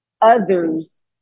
others